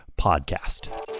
podcast